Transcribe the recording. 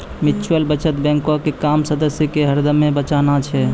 mutual बचत बैंको के काम सदस्य के हरदमे बचाना छै